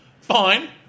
Fine